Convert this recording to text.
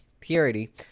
Purity